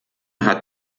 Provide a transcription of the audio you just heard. hat